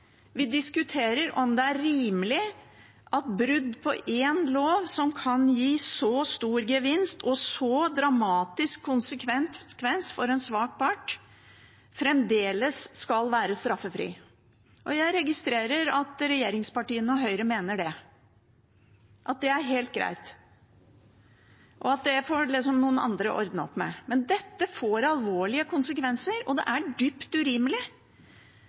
Vi diskuterer om det er rimelig at brudd på en lov som kan gi så stor gevinst og så dramatisk konsekvens for en svak part, fremdeles skal være straffritt. Jeg registrerer at regjeringspartiene og Høyre mener at det er helt greit, og at det får liksom noen andre ordne opp med. Men dette får alvorlige konsekvenser, og det er dypt urimelig.